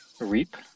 Reap